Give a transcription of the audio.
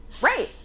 Right